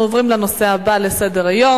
אנחנו עוברים לנושא הבא על סדר-היום: